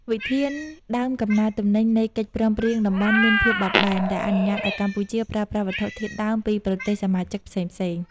វិធានដើមកំណើតទំនិញនៃកិច្ចព្រមព្រៀងតំបន់មានភាពបត់បែន ដែលអនុញ្ញាតឱ្យកម្ពុជាប្រើប្រាស់វត្ថុធាតុដើមពីប្រទេសសមាជិកផ្សេងៗ។